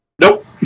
nope